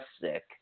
sick